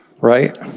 right